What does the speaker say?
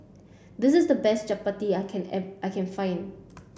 this is the best Chappati I can I can find